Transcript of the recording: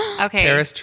okay